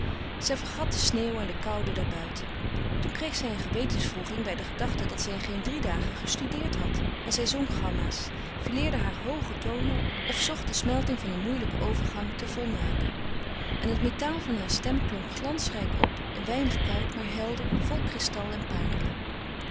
zij vergat de sneeuw en de koude daarbuiten toen kreeg zij een gewetenswroeging bij de gedachte dat zij in geen drie dagen gestudeerd had en zij zong gamma's fileerde haar hooge tonen of zocht de smelting van een moeilijken overgang te volmaken en het metaal van haar stem klonk glansrijk op een weinig koud maar helder vol kristal en